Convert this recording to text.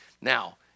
now